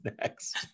next